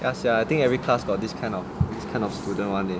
ya sia I think every class got this kind of these kind of student [one] leh